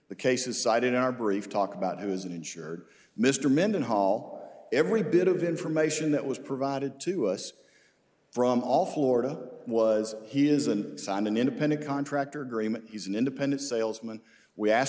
the cases cited in our brief talk about who is insured mr mendenhall every bit of information that was provided to us from all florida was he isn't signed an independent contractor agreement he's an independent salesman we ask